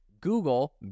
Google